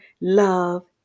love